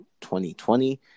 2020